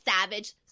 savage